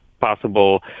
possible